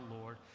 Lord